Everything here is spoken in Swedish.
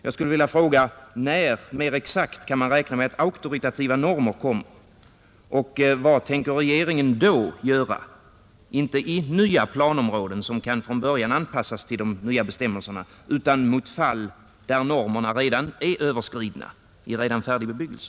Jag skulle vilja fråga: När mer exakt kan man räkna med att auktoritativa normer kommer, och vad tänker regeringen då göra, inte i nya planområden, som från början kan anpassas till de nya bestämmelserna utan i fall där normerna redan är överskridna i redan färdig bebyggelse?